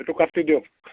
এইটো কাটি দিয়ক